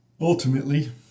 ultimately